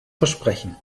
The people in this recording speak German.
versprechen